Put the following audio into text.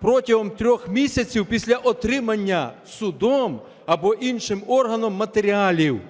протягом 3 місяців після отримання судом або іншим органом матеріалів.